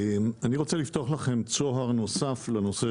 אני רוצה לפתוח לכם צוהר נוסף בנושא